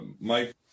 Mike